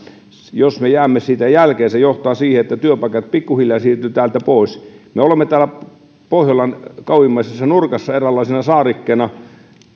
jos me jäämme siitä jälkeen se johtaa siihen että työpaikat pikku hiljaa siirtyvät täältä pois me olemme täällä pohjolan kauimmaisessa nurkassa eräänlaisena saarekkeena